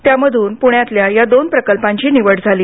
त्यामधून पूण्यातल्या या दोन प्रकल्पांची निवड झाली